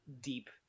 Deep